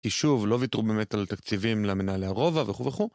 יישוב, לא ויתרו באמת על תקציבים למנהלי הרובע וכו וכו.